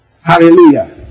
Hallelujah